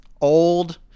old